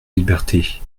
liberté